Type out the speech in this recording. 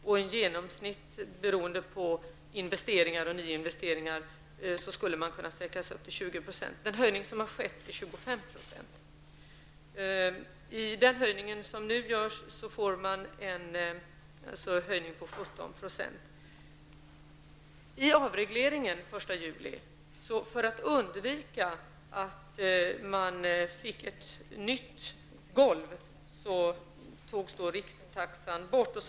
I genomsnitt, beroende på investeringar och nyinvesteringar, skulle man kunna sträcka sig upp till 20 %. Den höjning som har gjorts är 25 %. Med den höjning som nu görs får man en höjning på För att undvika att man fick ett nytt golv togs rikstaxan bort vid avregleringen den 1 juli.